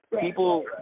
people